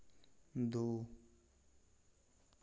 दो